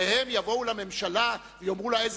הרי הם יבואו לממשלה ויאמרו לה אילו